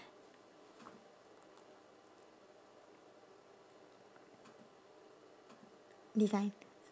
design